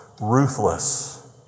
ruthless